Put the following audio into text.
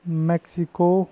Mexico